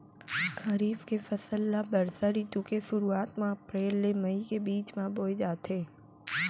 खरीफ के फसल ला बरसा रितु के सुरुवात मा अप्रेल ले मई के बीच मा बोए जाथे